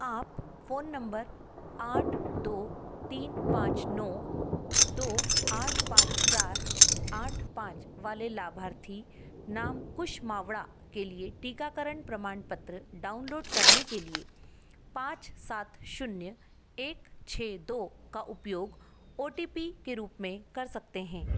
आप phone number आठ दो तीन पाँच नौ दो आठ पाँच चार आठ पाँच वाले लाभार्थी नाम कुश मावड़ा के लिए टीकाकरण प्रमाण पत्र डाउनलोड करने के लिए पाँच सात शून्य एक छ दो का उपयोग ओ टी पी के रूप में कर सकते हैं